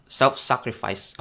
self-sacrifice